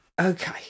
Okay